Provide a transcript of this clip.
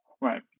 Right